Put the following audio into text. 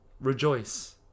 rejoice